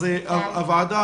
הוועדה